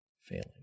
failing